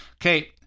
Okay